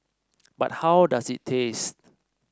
but how does it taste